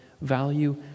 value